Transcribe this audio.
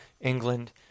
England